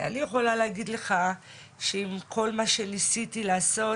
אני יכולה להגיד לך שעם כל מה שניסיתי לעשות,